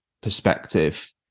perspective